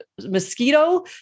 mosquito